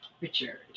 Richard